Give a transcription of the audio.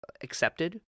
accepted